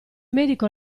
medico